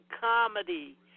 comedy